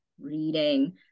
reading